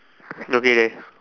okay okay